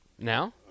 Now